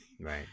Right